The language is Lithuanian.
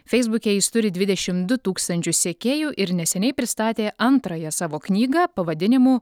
feisbuke jis turi dvidešimt du tūkstančius sekėjų ir neseniai pristatė antrąją savo knygą pavadinimu